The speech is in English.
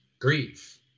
grief